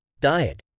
Diet